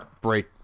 break